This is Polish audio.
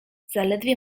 zaledwie